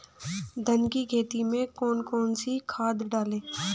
धान की खेती में कौन कौन सी खाद डालें?